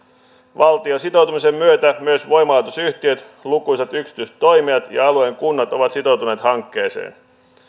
valtion sitoutumisen myötä myös voimalaitosyhtiöt lukuisat yksityiset toimijat ja alueen kunnat ovat sitoutuneet hankkeeseen